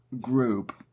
group